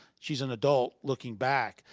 she's an adult looking back,